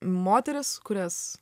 moteris kurias